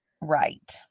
Right